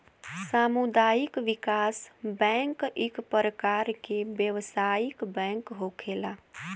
सामुदायिक विकास बैंक इक परकार के व्यवसायिक बैंक होखेला